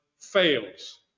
fails